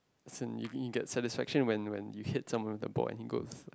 as in you you get satisfaction when when you hit someone with the ball and he goes